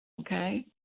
okay